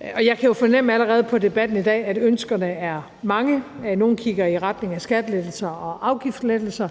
Jeg kan jo allerede fornemme på debatten i dag, at ønskerne er mange. Nogle kigger i retning af skattelettelser og afgiftslettelser,